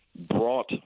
brought